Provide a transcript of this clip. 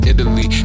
Italy